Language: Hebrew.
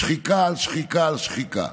שחיקה על שחיקה על שחיקה,